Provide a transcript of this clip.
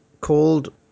called